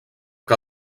que